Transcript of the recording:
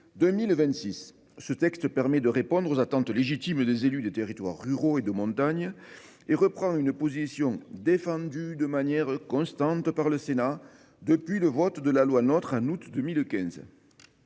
2026. Ce texte, qui permet de répondre aux attentes légitimes des élus des territoires ruraux et de montagne, traduit une position défendue de manière constante par le Sénat depuis le vote de la loi NOTRe en août 2015.